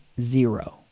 zero